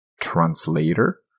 Translator